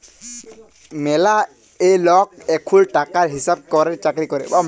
ম্যালা লক এখুল টাকার হিসাব ক্যরের চাকরি ক্যরে